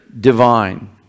divine